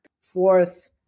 fourth